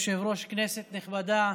אדוני היושב-ראש, כנסת נכבדה,